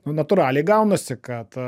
nu natūraliai gaunasi kad